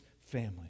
family